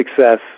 success